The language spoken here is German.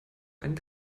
einen